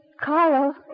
Carl